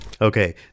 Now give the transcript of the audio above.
Okay